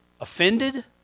offended